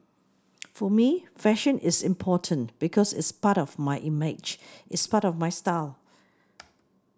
for me fashion is important because it's part of my image it's part of my style